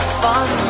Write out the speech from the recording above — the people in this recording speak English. fun